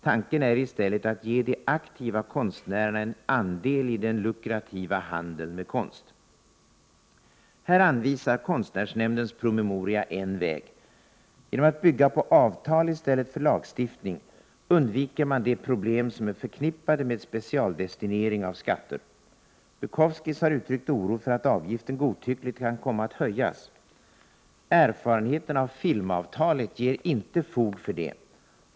Tanken är i stället att ge de aktiva konstnärerna en andel i den lukrativa handeln med konst. Här anvisar konstnärsnämndens promemoria en väg. Genom att bygga på avtal i stället för lagstiftning undviker man de problem som är förknippade med specialdestinering av skatter. Bukowskis har uttryckt oro för att avgiften godtyckligt kan komma att höjas. Erfarenheterna av filmavtalet ger inte fog för det.